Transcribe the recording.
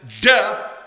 death